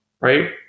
right